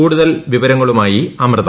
കൂടുതൽ വിവരങ്ങളുമായി ആമൃത